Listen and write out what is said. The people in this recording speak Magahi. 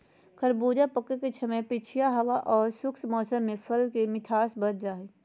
खरबूजा पके समय पछिया हवा आर शुष्क मौसम में फल के मिठास बढ़ जा हई